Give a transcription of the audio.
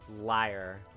Liar